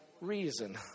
reason